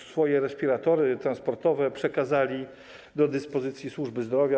Swoje respiratory transportowe przekazali do dyspozycji służby zdrowia.